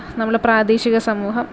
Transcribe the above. നമ്മളുടെ പ്രാദേശിക സമൂഹം